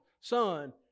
Son